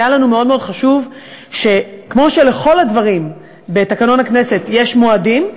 היה לנו מאוד מאוד חשוב שכמו שלכל הדברים בתקנון הכנסת יש מועדים,